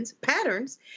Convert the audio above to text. patterns